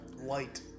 light